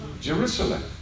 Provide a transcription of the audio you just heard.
Jerusalem